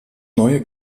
neue